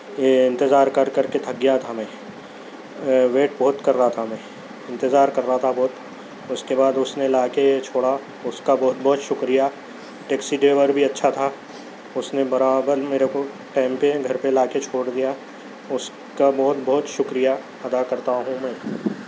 یہ انتظار کر کر کے تھک گیا تھا میں اے ویٹ بہت کر رہا تھا میں انتظار کر رہا تھا بہت اُس کے بعد اُس نے لا کے چھوڑا اُس کا بہت بہت شکریہ ٹیکسی ڈیور بھی اچھا تھا اُس نے برابر میرے کو ٹایم پہ گھر پہ لا کے چھوڑ دیا اُس کا بہت بہت شکریہ ادا کرتا ہوں میں